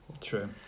true